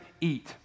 eat